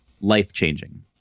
life-changing